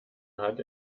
hat